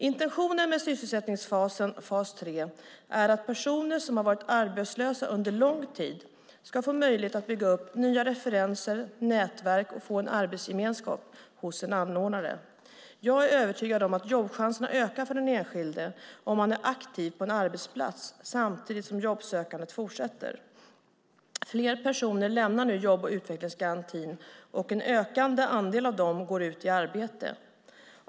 Intentionen med sysselsättningsfasen, fas 3, är att personer som har varit arbetslösa under lång tid ska få möjlighet att bygga upp nya referenser och nätverk och få en arbetsgemenskap hos en anordnare. Jag är övertygad om att jobbchanserna ökar för den enskilde om denne är aktiv på en arbetsplats samtidigt som jobbsökandet fortsätter. Fler personer lämnar nu jobb och utvecklingsgarantin, och en ökande andel av dem går ut i arbete.